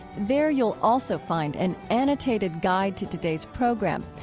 there you'll also find an annotated guide to today's program.